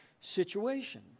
situation